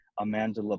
Amanda